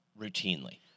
routinely